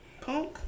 Punk